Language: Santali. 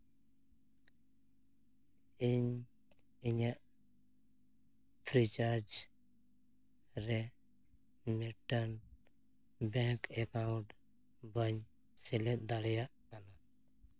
ᱤᱧ ᱤᱧᱟᱹᱜ ᱯᱷᱨᱤ ᱪᱟᱨᱡᱽ ᱨᱮ ᱢᱤᱫᱴᱟᱝ ᱵᱮᱝᱠ ᱮᱠᱟᱣᱩᱱᱴ ᱵᱟᱹᱧ ᱥᱮᱞᱮᱫ ᱫᱟᱲᱮᱭᱟᱜ ᱠᱟᱱᱟ